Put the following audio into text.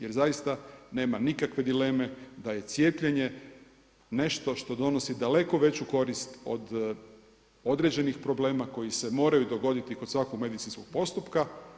Jer zaista nema nikakve dileme da je cijepljenje nešto što donosi daleko veću korist od određenih problema koji se moraju dogoditi kod svakog medicinskog postupka.